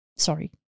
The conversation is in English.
Sorry